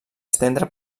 estendre